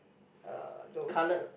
uh those